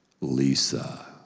Lisa